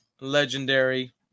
legendary